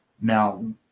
Now